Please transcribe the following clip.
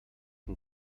von